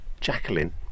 Jacqueline